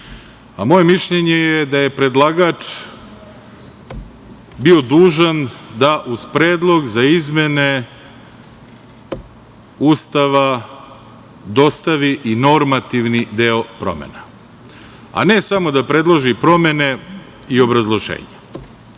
mišljenje je da je predlagač bio dužan da uz predlog za izmene Ustava dostavi i normativni deo promena, a ne samo da predloži promene i obrazloženje.